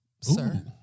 Sir